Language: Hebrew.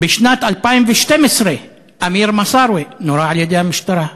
בשנת 2012, אמיר מסארווה נורה על-ידי המשטרה,